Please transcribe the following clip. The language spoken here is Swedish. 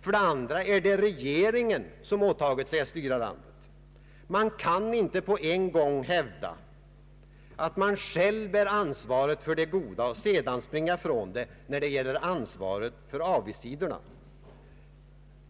För det andra är det regeringen, som har åtagit sig att styra landet. Man kan inte på en gång hävda, att man själv bär ansvaret för allt det goda och sedan springa från det, när det gäller ansvar för avigsidorna.